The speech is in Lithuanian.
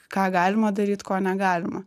ką galima daryt ko negalima